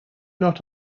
not